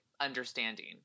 understanding